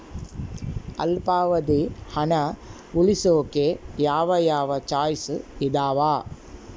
ಅಲ್ಪಾವಧಿ ಹಣ ಉಳಿಸೋಕೆ ಯಾವ ಯಾವ ಚಾಯ್ಸ್ ಇದಾವ?